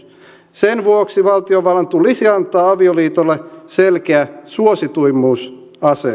sen vuoksi valtiovallan tulisi antaa avioliitolle selkeä suosituimmuusasema